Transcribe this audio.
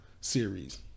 series